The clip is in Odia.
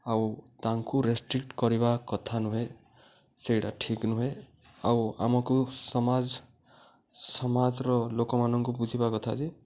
ଆଉ ତାଙ୍କୁ ରେଷ୍ଟ୍ରିକ୍ଟ କରିବା କଥା ନୁହେଁ ସେଇଟା ଠିକ୍ ନୁହେଁ ଆଉ ଆମକୁ ସମାଜ ସମାଜର ଲୋକମାନଙ୍କୁ ବୁଝିବା କଥା ଯେ